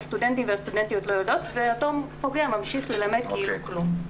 הסטודנטים והסטודנטיות לא יודעים ואותו פוגע ממשיך ללמד כאילו כלום.